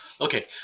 okay